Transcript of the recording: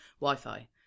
wi-fi